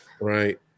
Right